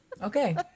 Okay